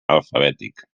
alfabètic